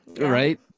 right